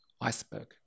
iceberg